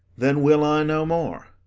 then will i no more.